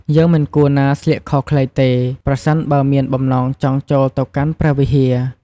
យើងមិនគួរណាស្លៀកខោខ្លីទេ ប្រសិនបើមានបំណងចង់ចូលទៅកាន់ព្រះវិហារ។